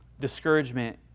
discouragement